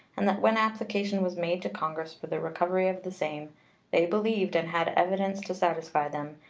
and that when application was made to congress for the recovery of the same they believed, and had evidence to satisfy them,